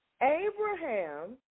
Abraham